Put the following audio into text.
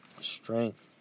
Strength